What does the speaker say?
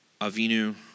Avinu